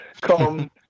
come